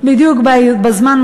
בדיוק בזמן,